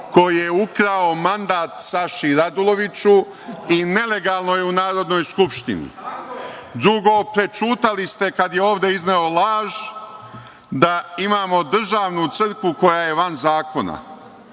koji je ukrao mandat Saši Raduloviću i nelegalno je u Narodnoj skupštini. Drugo, prećutali ste kada je ovde izneo laž da imamo državnu crkvu koja je van zakona.